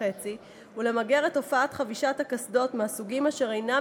חצי ולמגר את תופעת חבישת קסדות מסוגים אשר אינם